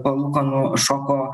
palūkanų šoko